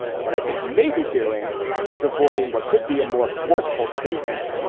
what i think he may be doing is avoiding what could be a more forceful statement.